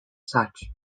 such